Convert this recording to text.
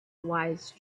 wise